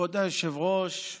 כבוד היושב-ראש,